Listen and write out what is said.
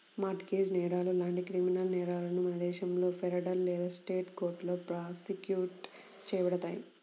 mart gauge నేరాలు లాంటి criminal నేరాలను మన దేశంలో ఫెడరల్ లేదా స్టేట్ కోర్టులో ప్రాసిక్యూట్ చేయబడతాయి